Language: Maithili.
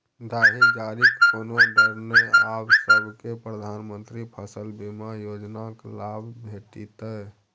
दाही जारीक कोनो डर नै आब सभकै प्रधानमंत्री फसल बीमा योजनाक लाभ भेटितै